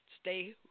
stay